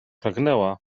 pragnęła